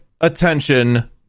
attention